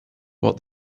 what